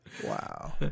Wow